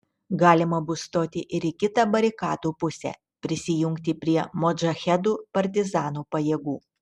galima bus stoti ir į kitą barikadų pusę prisijungti prie modžahedų partizanų pajėgų